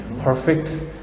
perfect